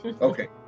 okay